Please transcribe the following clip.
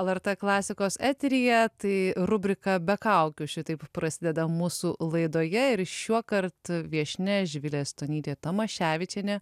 lrt klasikos eteryje tai rubrika be kaukių šitaip prasideda mūsų laidoje ir šiuokart viešnia živilė stonytė tamaševičienė